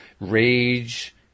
rage